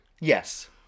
Yes